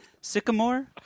sycamore